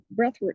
breathwork